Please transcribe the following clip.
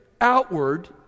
outward